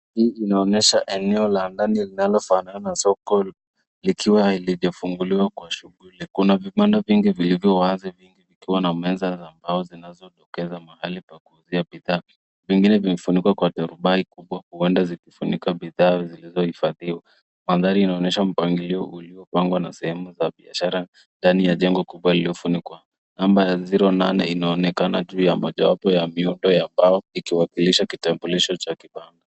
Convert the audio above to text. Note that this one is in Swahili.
Hii inaonyesha eneo la ndani linalofanana na soko likiwa halijafunguliwa kwa shughuli. Kuna vibanda vingi vilivyowazi vikiwa na meza za mbao zinazodokeza mahali pa kuuzia bidhaa vingine vimefunikwa kwa turubai kubwa huenda zikifunika bidhaa zilizohifadhiwa. Mandhari inaonyesha mpangilio uliopangwa na sehemu za biashara ndani ya jengo kubwa iliyofunikwa. Namba ya 08 inaonekana juu ya moja wapo ya miundo ya mbao ikiwakilisha kitambulisho cha kibanda.